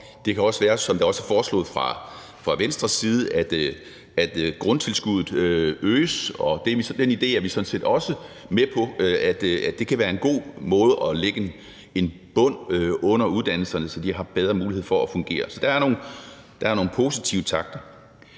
det kan også være, som det også er foreslået fra Venstres side, at grundtilskuddet øges, og den idé er vi sådan set også med på, altså at det kan være en god måde at lægge en bund under uddannelserne på, så de har bedre muligheder for at fungere. Så der er nogle positive takter.